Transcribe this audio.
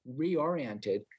reoriented